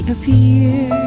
Appear